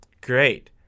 Great